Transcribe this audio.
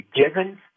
given